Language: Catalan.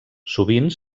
sovint